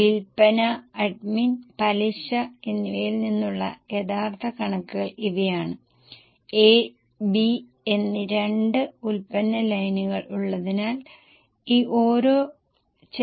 വിൽപ്പനയിൽ പ്രതീക്ഷിക്കുന്ന വളർച്ചാ നിരക്ക് 2015 ൽ 10 15 ശതമാനമാണ് നൽകിയിരിക്കുന്ന ഡാറ്റ 2014 ലെ ഡാറ്റയാണെന്ന് ഓർക്കുക